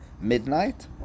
midnight